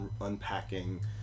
unpacking